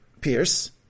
Pierce